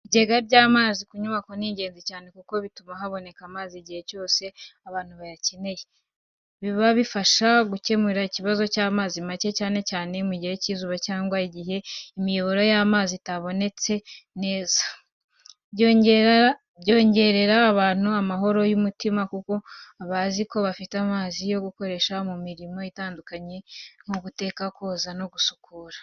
Ibigega by’amazi ku nyubako ni ingenzi cyane kuko bituma haboneka amazi igihe cyose abantu bayakeneye. Biba bifasha mu gukemura ikibazo cy’amazi make, cyane cyane mu bihe by’izuba cyangwa igihe imiyoboro y’amazi itabonetse neza. Byongerera abantu amahoro y’umutima kuko bazi ko bafite amazi yo gukoresha mu mirimo itandukanye nko guteka, koza, no gusukura.